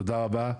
תודה רבה.